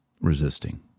resisting